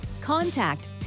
contact